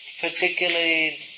particularly